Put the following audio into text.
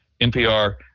NPR